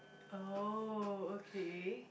oh okay